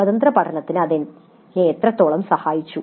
സ്വതന്ത്ര പഠനത്തിന് ഇത് എന്നെ എത്രത്തോളം സഹായിച്ചു